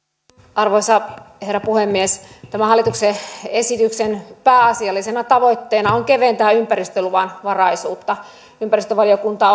arvoisa herra puhemies tämän hallituksen esityksen pääasiallisena tavoitteena on keventää ympäristöluvanvaraisuutta ympäristövaliokunta